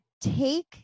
take